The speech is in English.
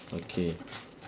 okay